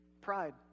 Pride